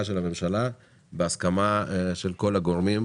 של הממשלה ובהסכמה של כל הגורמים,